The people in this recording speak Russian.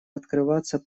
открываться